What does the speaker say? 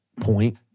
point